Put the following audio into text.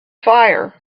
fire